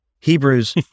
Hebrews